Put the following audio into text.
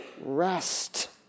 rest